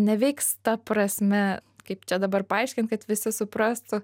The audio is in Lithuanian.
neveiks ta prasme kaip čia dabar paaiškint kad visi suprastų